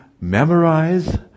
memorize